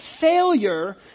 failure